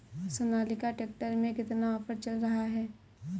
Sonalika tractor में कितना offer चल रहा है?